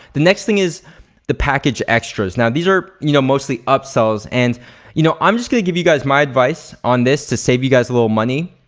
the next thing is the package extras. now these are you know mostly upsells and you know i'm just gonna give you guys my advice on this to save you guys a little money.